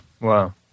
Wow